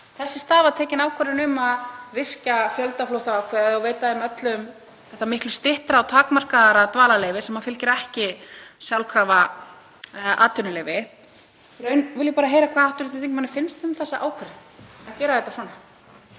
Þess í stað var tekin ákvörðun um að virkja fjöldaflóttaákvæðið og veita öllum miklu styttra og takmarkaðra dvalarleyfi sem fylgir ekki sjálfkrafa atvinnuleyfi. Ég vil bara heyra hvað hv. þingmanni finnst um þá ákvörðun að gera þetta svona.